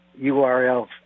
URLs